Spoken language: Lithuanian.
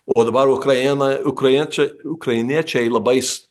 o dabar ukraina ukrainiečiai ukrainiečiai labais